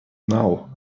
now